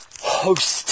host